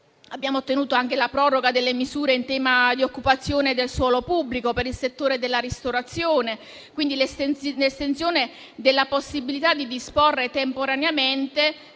Abbiamo ottenuto anche la proroga delle misure in tema di occupazione del suolo pubblico per il settore della ristorazione, quindi l'estensione della possibilità di disporre temporaneamente,